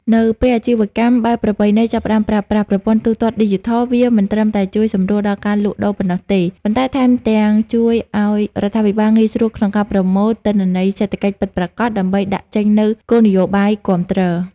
នៅពេលអាជីវកម្មបែបប្រពៃណីចាប់ផ្ដើមប្រើប្រាស់ ប្រព័ន្ធទូទាត់ឌីជីថល វាមិនត្រឹមតែជួយសម្រួលដល់ការលក់ដូរប៉ុណ្ណោះទេ ប៉ុន្តែថែមទាំងជួយឱ្យរដ្ឋាភិបាលងាយស្រួលក្នុងការប្រមូល ទិន្នន័យសេដ្ឋកិច្ចពិតប្រាកដ ដើម្បីដាក់ចេញនូវគោលនយោបាយគាំទ្រ។